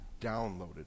downloaded